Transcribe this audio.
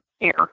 air